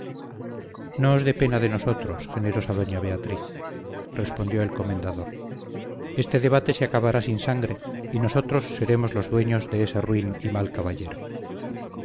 os dé pena de nosotros generosa doña beatriz respondió el comendador este debate se acabará sin sangre y nosotros seremos los dueños de ese ruin y mal caballero